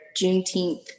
Juneteenth